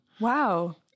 Wow